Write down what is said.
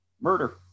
murder